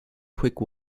quick